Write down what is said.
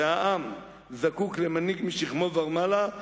שהעם זקוק למנהיג משכמו ומעלה,